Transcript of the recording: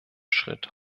schritt